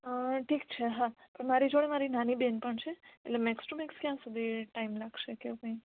ઠીક છે હા તો મારી જોડે મારી નાની બહેન પણ છે એટલે મેક્સ ટુ મેક્સ ક્યાં સુધી ટાઈમ લાગશે કે એવું કંઈ